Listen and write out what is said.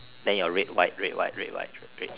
then your red white red white red